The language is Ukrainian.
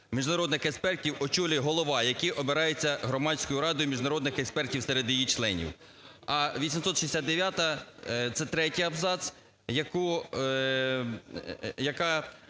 міжнародних експертів очолює голова, який обирається Громадською радою міжнародних експертів серед її членів." А 869-а, це третій абзац, яка